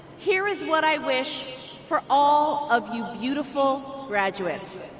here is what i wish for all of you beautiful graduates